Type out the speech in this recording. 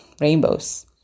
rainbows